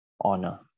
honor